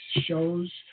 shows